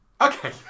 Okay